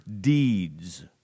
deeds